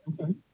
Okay